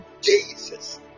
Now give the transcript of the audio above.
jesus